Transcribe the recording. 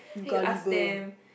then you ask them